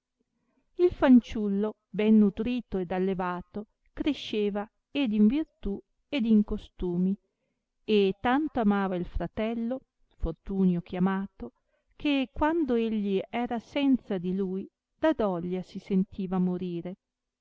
il fanciullo ben nudrito ed allevato cresceva ed in virtù ed in costumi e tanto amava il fratello fortunio chiamato che quando egli era senza di lui da doglia si sentiva morire